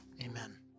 Amen